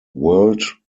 world